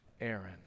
Aaron